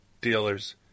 dealers